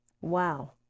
Wow